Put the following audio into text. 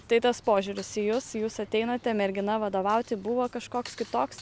tai tas požiūris į jus jūs ateinate mergina vadovauti buvo kažkoks kitoks